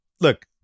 look